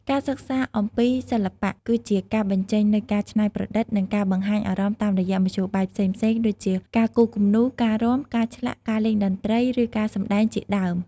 ការសិក្សាអំពី សិល្បៈ គឺជាការបញ្ចេញនូវការច្នៃប្រឌិត និងការបង្ហាញអារម្មណ៍តាមរយៈមធ្យោបាយផ្សេងៗ ដូចជាការគូរគំនូរ ការរាំ ការឆ្លាក់ ការលេងតន្ត្រី ឬការសម្ដែង ជាដើម។